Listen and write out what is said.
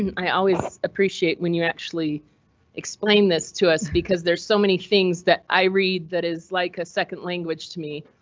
i always appreciate when you actually explain this to us, because there's so many things that i read that is like a second language to me.